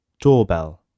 DOORBELL